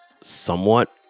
somewhat